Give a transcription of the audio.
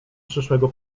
przyszłego